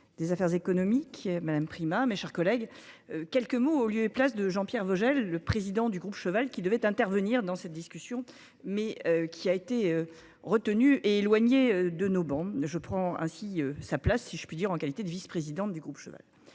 des affaires économiques, Madame Prima, mes chers collègues. Quelques mots au lieu et place de Jean-Pierre Vogel, le président du groupe cheval qui devait intervenir dans cette discussion mais qui a été retenue et éloigné de nos bancs ne je prend ainsi sa place si je puis dire, en qualité de vice-présidente du groupe cheval.